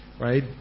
right